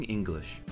English，